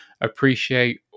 appreciate